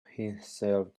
himself